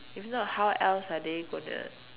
if not how else are they gonna